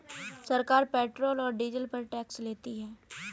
सरकार पेट्रोल और डीजल पर टैक्स लेती है